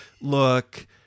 look